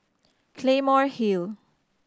Claymore Hill